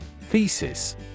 Thesis